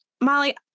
Molly